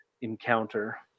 encounter